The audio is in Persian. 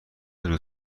روز